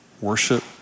worship